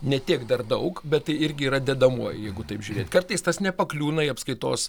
ne tiek dar daug bet tai irgi yra dedamoji jeigu taip žiūrėt kartais tas nepakliūna į apskaitos